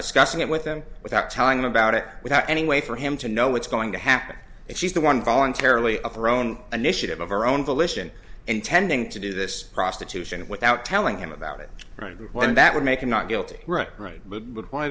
discussing it with him without telling him about it without any way for him to know what's going to happen if she's the one voluntarily of her own initiative of her own volition intending to do this prostitution without telling him about it right when that would make him not guilty rector right but